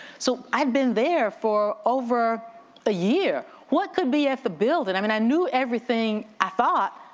so i'd been there for over a year, what could be at the building? i mean i knew everything, i thought,